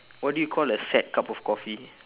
what do you call a sad cup of coffee